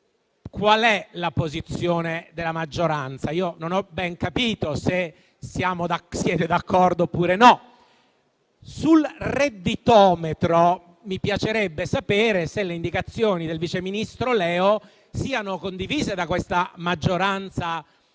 qual è la posizione della maggioranza? Non ho ben capito se siete d'accordo o no. Sul redditometro mi piacerebbe sapere se le indicazioni del vice ministro Leo siano condivise da questa maggioranza così